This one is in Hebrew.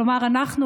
כלומר אנחנו,